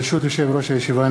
ברשות יושב-ראש הישיבה,